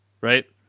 right